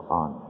on